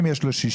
אם יש לו שישה,